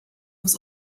was